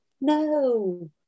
no